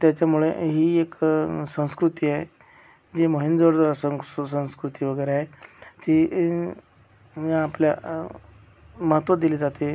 त्याच्यामुळे ही एक संस्कृती आहे जी मोहेंजोद सं सं संस्कृती वगैरे आहे ती मी आपल्या महत्त्व दिले जाते